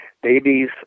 Babies